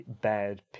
bad